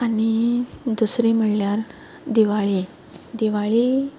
आनी दुसरें म्हणल्यार दिवाळी दिवाळी